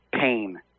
pain